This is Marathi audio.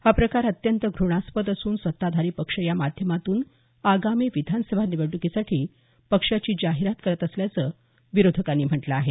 हा प्रकार अत्यंत घृणास्पद असून सत्ताधारी पक्ष या माध्यमातून आगामी विधानसभा निवडणुकीसाठी पक्षाची जाहिरात करत असल्याचं विरोधकांनी म्हटलं आहे